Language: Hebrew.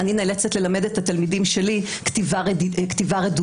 אני נאלצת ללמד את התלמידים שלי כתיבה רדודה.